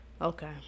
Okay